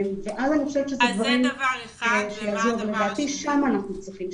ואז אני חושבת שזה דברים שיעזרו אבל לדעתי שם אנחנו צריכים,